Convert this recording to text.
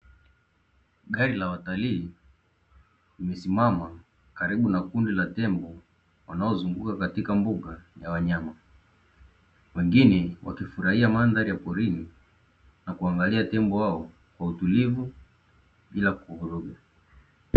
Gari la watalii limesimama karibu na kundi la tembo wanaozunguka katika mbuga ya wanyama, wengine wakifurahia mandhari ya porini na kuangalia tembo hao, kwa utulivu bila kuvuruga.